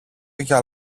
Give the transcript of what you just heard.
για